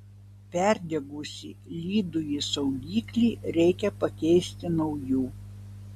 perdegusį lydųjį saugiklį reikia pakeisti nauju